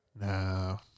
No